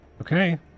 okay